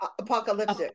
apocalyptic